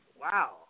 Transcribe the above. Wow